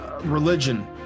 religion